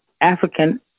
African